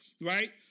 right